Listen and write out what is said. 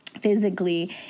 physically